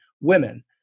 women